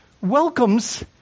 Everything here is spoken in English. welcomes